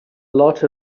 lot